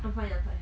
I'm fine I'm fine